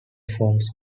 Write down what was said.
forms